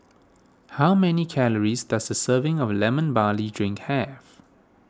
how many calories does a serving of Lemon Barley Drink have